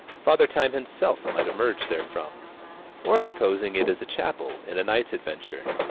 father time himself might emerge therefrom. or supposing it is a chapel, in a knight's adventure.